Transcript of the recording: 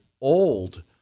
old